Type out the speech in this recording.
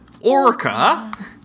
Orca